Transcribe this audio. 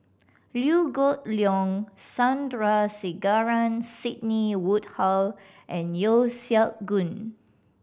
Liew Geok Leong Sandrasegaran Sidney Woodhull and Yeo Siak Goon